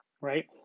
right